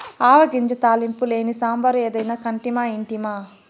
ఆవ గింజ తాలింపు లేని సాంబారు ఏదైనా కంటిమా ఇంటిమా